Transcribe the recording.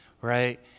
right